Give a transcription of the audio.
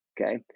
Okay